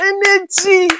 Energy